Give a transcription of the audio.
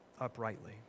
uprightly